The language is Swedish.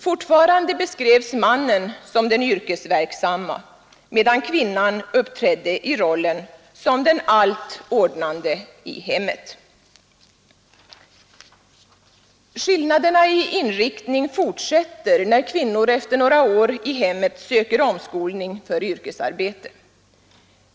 Fortfarande beskrevs mannen som den yrkesverksamme medan kvinnan uppträdde i rollen som den allt ordnande i hemmet. Skillnaderna i inriktning fortsätter när kvinnor efter några år i hemmet söker omskolning för yrkesarbete.